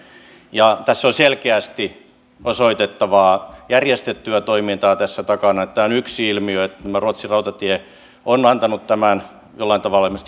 tässä takana on selkeästi osoitettavaa järjestettyä toimintaa ja tämä on yksi ilmiö että tämä ruotsin rautatieyhtiö on tehnyt tämän ilmeisesti jollain tavalla